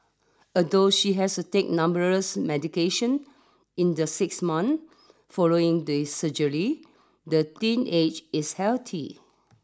although she has to take numerous medication in the six month following the surgery the teenage is healthy